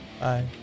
Bye